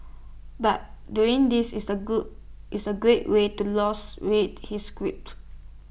but doing this is A good is A great way to lose weight he's quipped